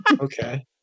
Okay